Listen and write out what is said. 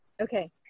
Okay